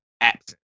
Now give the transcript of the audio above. absent